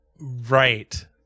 Right